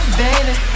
baby